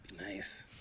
nice